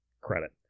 credit